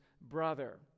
brother